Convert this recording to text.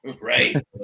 Right